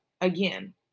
Again